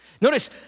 Notice